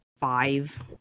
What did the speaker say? five